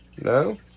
No